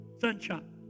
Sunshine